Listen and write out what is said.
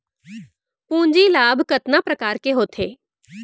पूंजी लाभ कतना प्रकार के होथे?